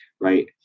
right